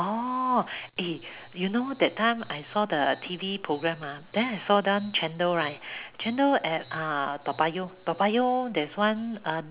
orh eh you know that time I saw the T_V programme ah then I saw that one chendol right chendol at uh Toa-Payoh Toa-Payoh there's one uh